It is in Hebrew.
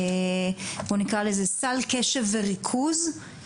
בוא נקראה לזה "סל קשב וריכוז",